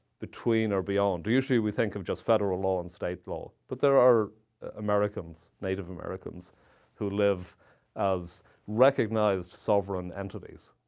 between or beyond. usually we think of just federal law and state law, but there are americans native americans who live as recognized sovereign entities,